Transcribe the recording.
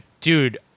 Dude